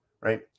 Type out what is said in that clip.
right